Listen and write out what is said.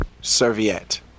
Serviette